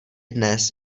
dnes